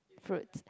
fruits